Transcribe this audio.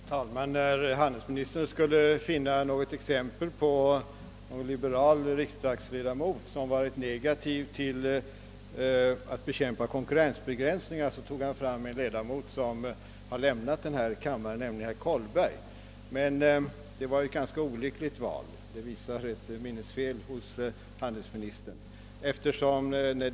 Herr talman! När handelsministern skulle anföra något exempel på en liberal riksdagsledamot som varit negativ till bekämpning av konkurrensbegränsningar tog han fram en ledamot som har lämnat denna kammare, nämligen herr Kollberg. Men det var ett ganska olyckligt val, som visar ett minnesfel hos handelsministern.